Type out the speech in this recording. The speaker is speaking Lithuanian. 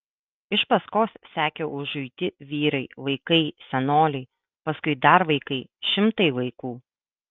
iš paskos sekė užuiti vyrai vaikai senoliai paskui dar vaikai šimtai vaikų